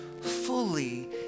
fully